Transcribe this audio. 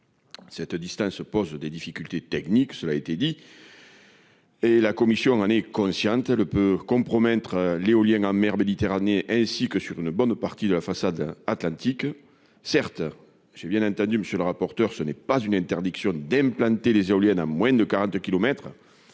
cette distance se pose des difficultés techniques, cela a été dit. Et la Commission n'en est consciente, elle peut compromettre l'éolien en mer Méditerranée, ainsi que sur une bonne partie de la façade Atlantique, certes, j'ai bien entendu, monsieur le rapporteur, ce n'est pas une interdiction d'implanter les éoliennes à moins de 40